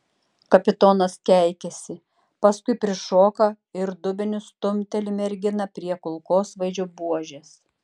kapitonas keikiasi paskui prišoka ir dubeniu stumteli merginą prie kulkosvaidžio buožės